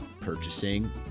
purchasing